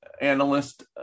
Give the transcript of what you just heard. analyst